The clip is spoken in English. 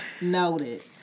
Noted